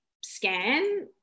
scan